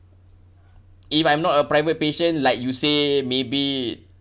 if I'm not a private patient like you say maybe